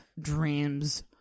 dreams